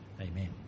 Amen